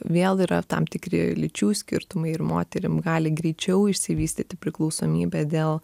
vėl yra tam tikri lyčių skirtumai ir moterim gali greičiau išsivystyti priklausomybė dėl